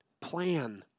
Plan